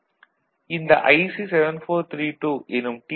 இந்த IC 7432 எனும் D